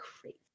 crazy